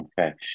Okay